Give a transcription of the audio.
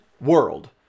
world